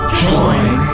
join